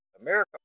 America